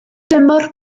dymor